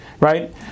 right